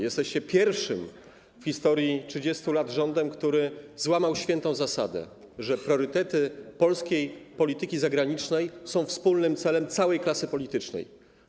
Jesteście pierwszym w historii 30 lat rządem, który złamał świętą zasadę, że priorytety polskiej polityki zagranicznej są wspólnym celem całej klasy politycznej.